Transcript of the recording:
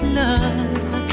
love